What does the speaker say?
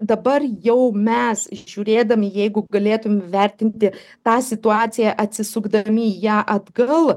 dabar jau mes žiūrėdami jeigu galėtum vertinti tą situaciją atsisukdami į ją atgal